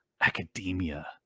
Academia